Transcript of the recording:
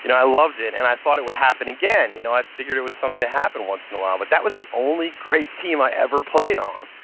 you know i loved it and i thought it would happen again. you know i figured it was something that happened once in a while. but that was the only great team i ever played on,